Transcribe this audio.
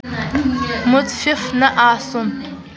مُتفِف نہٕ آسُن